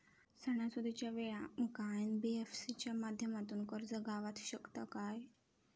सणासुदीच्या वेळा आमका एन.बी.एफ.सी च्या माध्यमातून कर्ज गावात शकता काय?